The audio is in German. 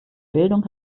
bildung